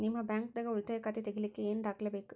ನಿಮ್ಮ ಬ್ಯಾಂಕ್ ದಾಗ್ ಉಳಿತಾಯ ಖಾತಾ ತೆಗಿಲಿಕ್ಕೆ ಏನ್ ದಾಖಲೆ ಬೇಕು?